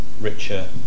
richer